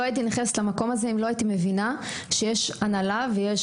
לא הייתי נכנסת למקום הזה אם לא הייתי מבינה שיש הנהלה ויש